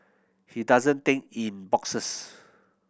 he doesn't think in boxes